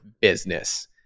business